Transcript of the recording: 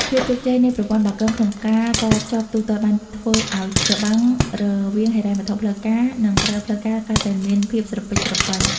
ភាពជោគជ័យនៃប្រព័ន្ធបាគងក្នុងការតភ្ជាប់ទូទាត់ បានធ្វើឱ្យ "របាំង" រវាងហិរញ្ញវត្ថុផ្លូវការ និងក្រៅផ្លូវការកាន់តែមានភាពស្រពិចស្រពិល។